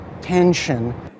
tension